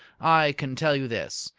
i can tell you this.